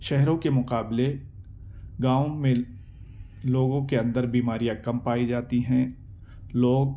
شہروں کے مقابلے گاؤں میں لوگوں کے اندر بیماریاں کم پائی جاتی ہیں لوگ